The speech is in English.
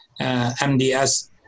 MDS